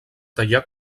tallar